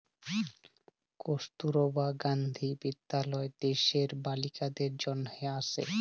কস্তুরবা গান্ধী বিদ্যালয় দ্যাশের বালিকাদের জনহে আসে